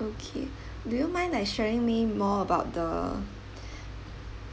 okay do you mind like sharing me more about the